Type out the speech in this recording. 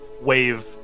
wave